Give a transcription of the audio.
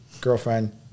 girlfriend